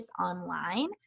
online